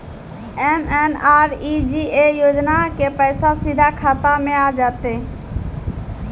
MNREGA योजना के पैसा सीधा खाता मे आ जाते?